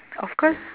of course